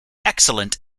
excellent